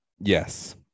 yes